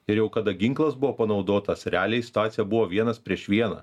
ir jau kada ginklas buvo panaudotas realiai situacija buvo vienas prieš vieną